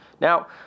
Now